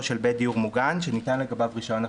של בית דיור מוגן שניתן לגביו רישיון הפעלה,